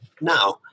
Now